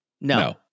no